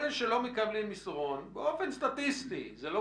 כמובן, גם